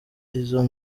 izo